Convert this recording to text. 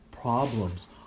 problems